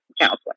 counseling